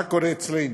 מה קורה אצלנו?